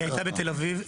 היא הייתה בתל אביב.